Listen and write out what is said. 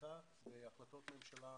והחקיקה והחלטות ממשלה,